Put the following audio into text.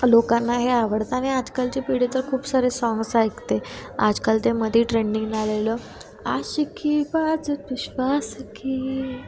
लोकांना हे आवडतं आणि आजकालची पिढी तर खूप सारे साँग्स ऐकते आजकाल ते मधे ट्रेंडिंग आलेलं आशिकी बाजी विश्वास की